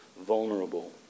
vulnerable